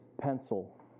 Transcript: pencil